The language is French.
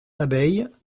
abeille